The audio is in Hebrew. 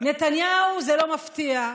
נתניהו זה לא מפתיע.